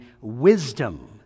wisdom